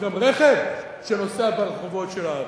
זה גם רכב שנוסע ברחובות של הערים,